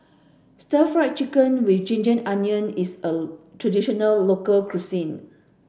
stir fried chicken with ginger onion is a traditional local cuisine